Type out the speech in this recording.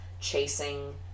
chasing